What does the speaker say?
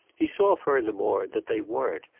he saw furthermore that they weren't,